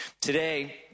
Today